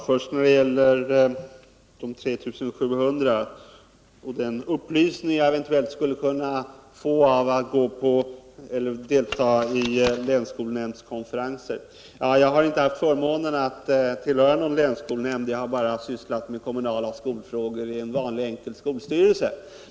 Herr talman! Först de 3 700 årselevplatserna och den upplysning jag eventuellt skulle kunna få av att delta i länsskolnämndernas konferenser. Jag har inte haft förmånen att tillhöra någon länsskolnämnd. Jag har bara sysslat med kommunala skolfrågor i en vanlig enkel skolstyrelse.